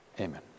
Amen